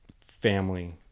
family